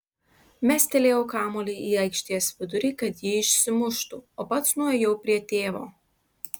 mestelėjau kamuolį į aikštės vidurį kad jį išsimuštų o pats nuėjau prie tėvo